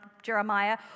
Jeremiah